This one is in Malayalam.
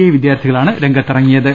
ഐ വിദ്യാർത്ഥികളാണ് രംഗത്തിറങ്ങിയത്